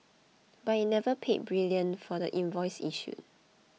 but it never paid brilliant for the invoice issued